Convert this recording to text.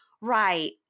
right